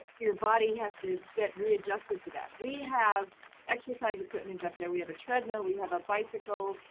your body has to get readjusted to that. we have exercise equipment up there. we have a treadmill, we have a bicycle,